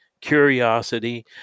curiosity